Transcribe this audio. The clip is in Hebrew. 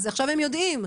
אז עכשיו הם יודעים.